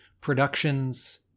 Productions